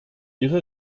ihre